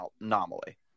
anomaly